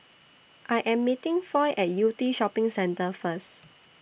I Am meeting Foy At Yew Tee Shopping Centre First